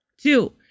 Two